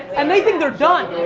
and they think they're done.